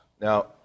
Now